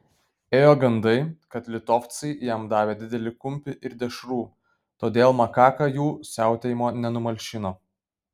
ėjo gandai kad litovcai jam davė didelį kumpį ir dešrų todėl makaka jų siautėjimo nenumalšino